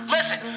Listen